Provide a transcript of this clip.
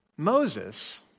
Moses